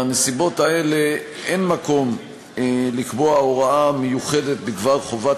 בנסיבות האלה אין מקום לקבוע הוראה מיוחדת בדבר חובת